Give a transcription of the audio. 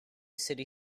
city